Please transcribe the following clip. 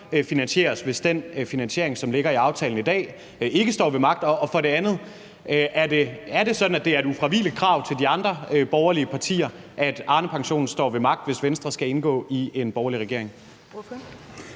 finansieres, hvis den finansiering, som ligger i aftalen i dag, ikke står ved magt? Og for det andet: Er det sådan, at det er et ufravigeligt krav til de andre borgerlige partier, at Arnepensionen står ved magt, hvis Venstre skal indgå i en borgerlig regering?